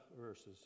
verses